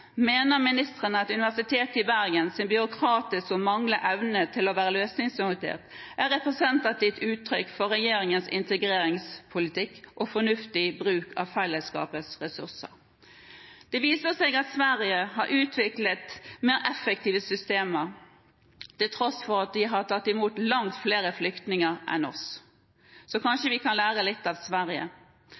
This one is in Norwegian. Mener ministrene at Universitetet i Bergens byråkratiske holdning og manglende evne til å være løsningsorientert er et representativt uttrykk for regjeringens integreringspolitikk og fornuftig bruk av fellesskapets ressurser? Det viser seg at Sverige har utviklet mer effektive systemer, til tross for at de har tatt imot langt flere flyktninger enn oss. Så kanskje vi kan lære litt av Sverige. To av studiekameratene til den syriske tannlegen havnet i Sverige.